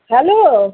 hello